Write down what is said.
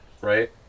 Right